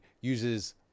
uses